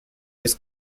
jetzt